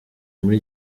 muri